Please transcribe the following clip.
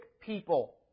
people